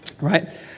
Right